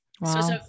Wow